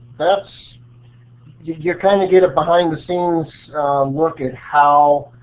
that's you kind of get a behind the scenes look at how